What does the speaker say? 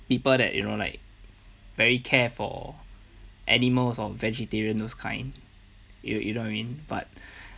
people that you know like very care for animals or vegetarian those kind you you know what I mean but